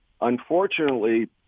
unfortunately